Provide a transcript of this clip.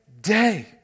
day